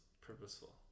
purposeful